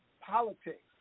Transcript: politics